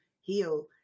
heal